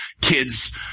kids